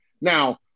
Now